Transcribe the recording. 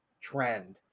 trend